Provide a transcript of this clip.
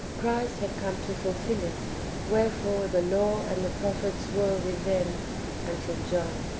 christ had come to fulfil it wherefore the law and the prophets were with them until john.